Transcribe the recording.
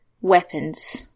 weapons